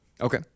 Okay